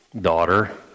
Daughter